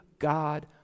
God